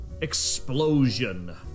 explosion